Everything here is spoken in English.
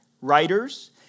writers